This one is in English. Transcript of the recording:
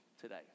today